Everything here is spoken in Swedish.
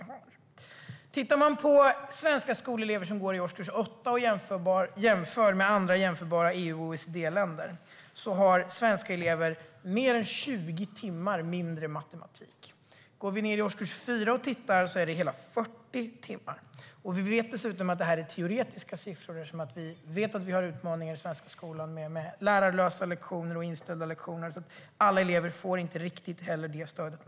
Om man jämför svenska elever i årskurs 8 med motsvarande elever i andra EU och OECD-länder har svenska elever mer än 20 timmar mindre matematik. I årskurs 4 har man 40 timmar mindre matematik. Vi vet dessutom att detta är teoretiska siffror, eftersom det även finns utmaningar i den svenska skolan med lärarlösa lektioner och inställda lektioner. Alla elever får inte det stöd som de önskar.